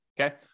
okay